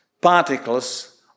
particles